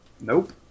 nope